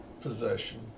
Possession